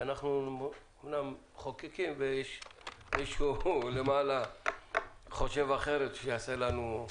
שאנחנו מחוקקים ומישהו למעלה חושב אחרת והוא יעשה לנו הפתעות.